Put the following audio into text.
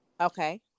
Okay